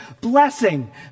blessing